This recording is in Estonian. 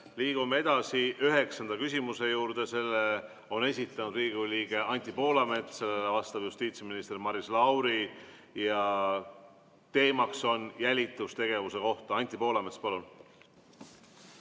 Liigume edasi üheksanda küsimuse juurde, mille on esitanud Riigikogu liige Anti Poolamets. Sellele vastab justiitsminister Maris Lauri ja teemaks on jälitustegevus. Anti Poolamets, palun!